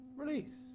Release